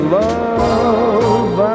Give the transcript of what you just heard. love